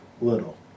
little